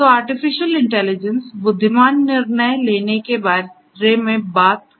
तो artificial intelligence बुद्धिमान निर्णय लेने के बारे में बात करती है